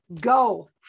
Go